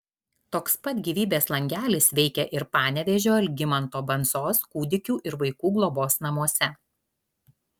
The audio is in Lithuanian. toks pat gyvybės langelis veikia ir panevėžio algimanto bandzos kūdikių ir vaikų globos namuose